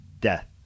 death